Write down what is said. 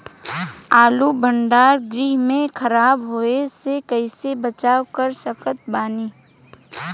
आलू भंडार गृह में खराब होवे से कइसे बचाव कर सकत बानी?